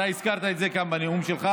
אתה הזכרת את זה גם בנאום שלך.